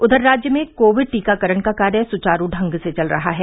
उधर राज्य में कोविड टीकाकरण का कार्य सुचारू ढंग से चल रहा है